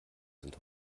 sind